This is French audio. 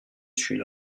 celui